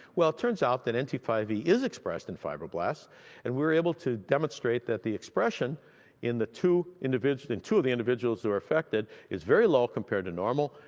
well, it turns out that n t five e is expressed in fibroblasts and we're able to demonstrate that the expression in the two in two of the individuals who are affected is very low compared to normal,